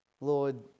Lord